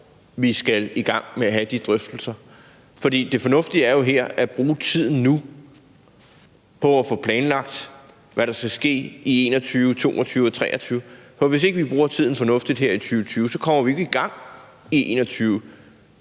vi skal i gang med at have de drøftelser. Det fornuftige er jo her at bruge tiden nu på at få planlagt, hvad der skal ske i 2021, 2022 og 2023, for hvis vi ikke bruger tiden fornuftigt her i 2020, kommer vi ikke i gang i 2021